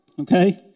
okay